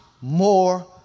more